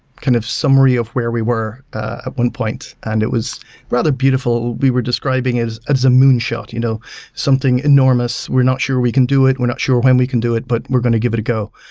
kind of summary of where we were at ah one point, and it was rather beautiful. we were describing it as a moonshot, you know something enormous. we're not sure we can do it. we're not sure when we can do it, but were going to give it a go.